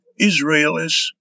Israelis